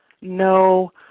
No